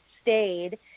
stayed